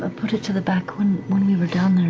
um put it to the back when when we were down